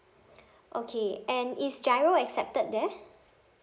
okay and is giro accepted there